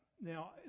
Now